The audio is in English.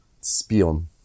Spion